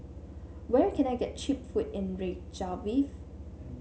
where can I get cheap food in Reykjavik